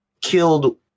killed